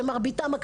שמרביתם,